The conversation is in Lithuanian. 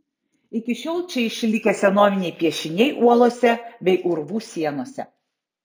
iki šiol čia išlikę senoviniai piešiniai uolose bei urvų sienose